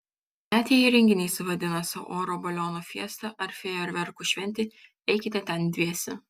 net jei renginys vadinasi oro balionų fiesta ar fejerverkų šventė eikite ten dviese